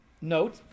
note